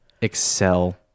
excel